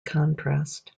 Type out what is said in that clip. contrast